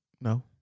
No